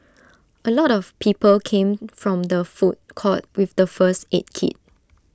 A lot of people came from the food court with the first aid kit